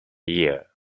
year